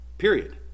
period